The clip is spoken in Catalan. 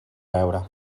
beure